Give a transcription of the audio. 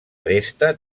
aresta